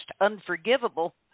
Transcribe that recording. unforgivable